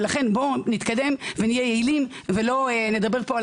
ולכן בואו נתקדם ונהיה יעילים ולא נדבר פה על